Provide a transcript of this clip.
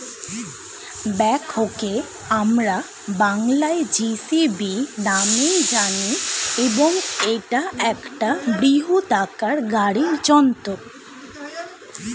ব্যাকহোকে আমরা বংলায় জে.সি.বি নামেই জানি এবং এটা একটা বৃহদাকার গাড়ি যন্ত্র